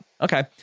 okay